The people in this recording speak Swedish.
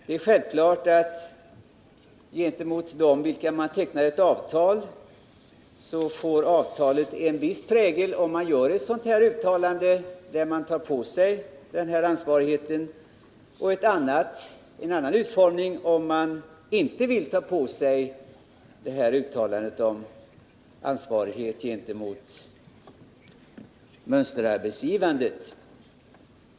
Det är självklart att ett avtal får en viss prägel om riksdagen gör ett uttalande i vilket man tar på sig ansvaret att vara mönsterarbetsgivare och en annan prägel om man inte gör detta uttalande.